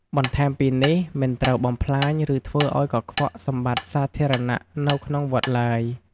បន្ថែមពីនេះមិនត្រូវបំផ្លាញ ឬធ្វើឲ្យកខ្វក់សម្បត្តិសាធារណៈនៅក្នុងវត្តឡើយ។